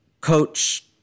coach